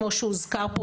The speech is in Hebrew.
כמו שהוזכר פה,